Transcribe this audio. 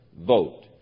vote